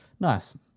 nice